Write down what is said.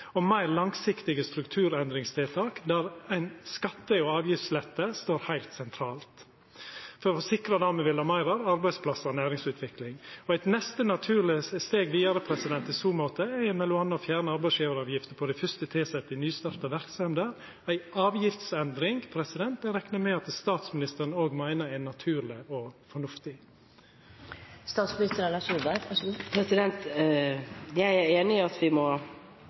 og meir langsiktige strukturendringstiltak der ein skatte- og avgiftslette står heilt sentralt, for å sikra det me vil ha meir av: arbeidsplassar og næringsutvikling. Og eit neste naturleg steg vidare i so måte er m.a. å fjerna arbeidsgivaravgifta på dei fyrste tilsette i nystarta verksemder – ei avgiftsendring eg reknar med at statsministeren òg meiner er naturleg og fornuftig. Jeg er enig i at vi må gjøre avgiftsendringer for bl.a. å bidra til klima- og miljøtiltak. Av og til må